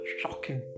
shocking